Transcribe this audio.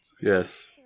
Yes